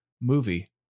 movie